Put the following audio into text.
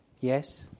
Yes